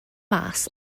mas